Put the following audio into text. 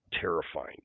terrifying